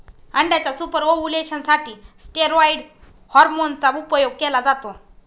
अंड्याच्या super ovulation साठी steroid hormone चा उपयोग केला जातो